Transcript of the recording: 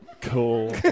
Cool